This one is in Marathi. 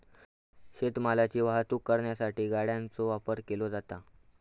शेत मालाची वाहतूक करण्यासाठी गाड्यांचो वापर केलो जाता